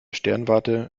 sternwarte